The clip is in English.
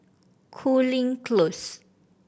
Cooling Close